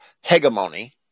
hegemony